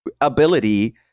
ability